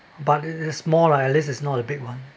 but it is more like at least it's not a big one